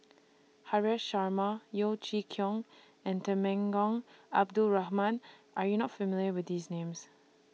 Haresh Sharma Yeo Chee Kiong and Temenggong Abdul Rahman Are YOU not familiar with These Names